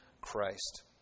Christ